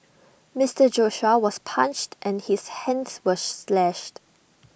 Mister Joshua was punched and his hands were slashed